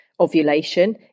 ovulation